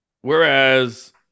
Whereas